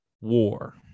war